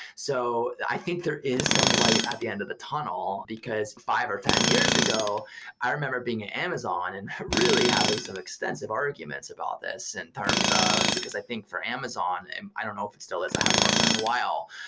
so i think there is some light at the end of the tunnel, because five or ten years ago i remember being at amazon and really having some extensive arguments about this in terms of because i think for amazon, and i don't know if it still is. i haven't worked there in a while.